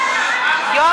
מה